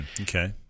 Okay